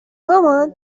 مامان